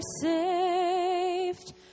saved